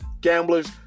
Gamblers